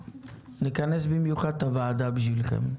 נכנס במיוחד את הוועדה בשבילכם,